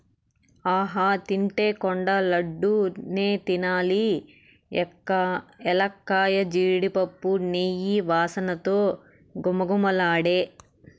ఆహా తింటే కొండ లడ్డూ నే తినాలి ఎలక్కాయ, జీడిపప్పు, నెయ్యి వాసనతో ఘుమఘుమలాడే